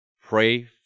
Pray